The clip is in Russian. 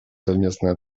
совместной